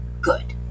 good